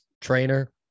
trainer